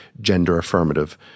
gender-affirmative